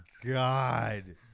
god